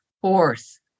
fourth